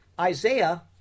Isaiah